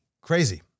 crazy